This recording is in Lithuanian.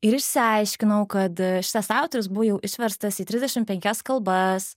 ir išsiaiškinau kad šitas autorius buvo jau išverstas į trisdešim penkias kalbas